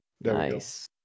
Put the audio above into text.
Nice